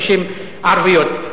נשים ערביות.